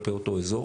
כלפי אותו אזור,